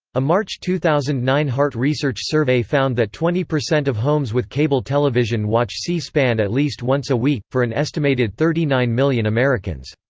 a march two thousand and nine hart research survey found that twenty percent of homes with cable television watch c-span at least once a week, for an estimated thirty nine million americans.